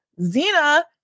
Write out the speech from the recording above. Zena